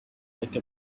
like